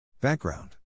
Background